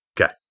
Okay